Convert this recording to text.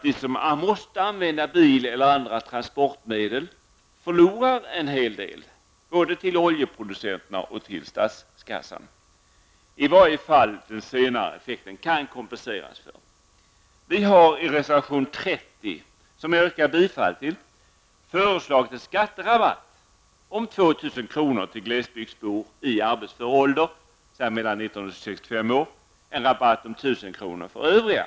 De som utnyttjar bil eller andra transportmedel förlorar en hel del, både till oljeproducenterna och till statskassan -- i varje fall gäller det den sena effekten och kompensationen. Vi föreslår i reservation 30, som jag yrkar bifall till, en skatterabatt om 2 000 kr. till glesbygdsbor i arbetsför ålder -- dvs. mellan 19 och 65 år -- och en rabatt om 1 000 kr. för övriga.